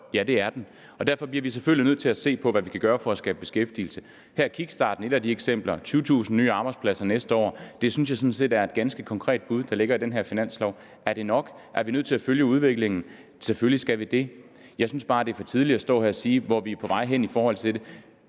Ja, det er den, og derfor bliver vi selvfølgelig nødt til at se på, hvad vi kan gøre for at skabe beskæftigelse. Her er kickstarten et af de eksempler: 20.000 nye arbejdspladser næste år. Det synes jeg sådan set er et ganske konkret bud, der ligger i den her finanslov. Er det nok? Er vi nødt til at følge udviklingen? Selvfølgelig er vi det. Jeg synes bare, det er for tidligt at stå her og sige, hvor vi er på vej hen med det.